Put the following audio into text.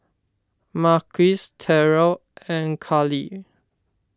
Marquis Terell and Kahlil